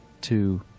two